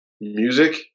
music